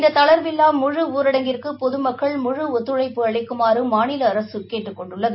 இந்த தளர்வில்லா முழு ஊரடங்கிற்கு பொதுமக்கள் முழு ஒத்துழைப்பு அளிக்குமாறு மாநில அரசு கேட்டுக் கொண்டுள்ளது